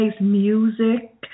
Music